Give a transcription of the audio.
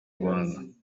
rwanda